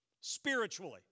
Spiritually